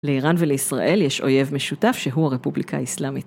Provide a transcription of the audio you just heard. לאיראן ולישראל יש אויב משותף שהוא הרפובליקה האסלאמית.